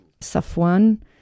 Safwan